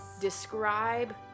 Describe